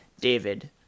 David